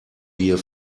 wir